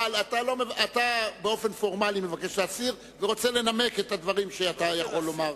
אבל באופן פורמלי לבקש להסיר ולנמק את הדברים שאתה רוצה לומר.